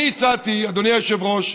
אני הצעתי, אדוני היושב-ראש,